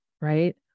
Right